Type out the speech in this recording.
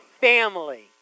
family